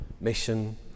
mission